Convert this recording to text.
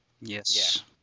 Yes